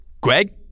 greg